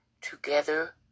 together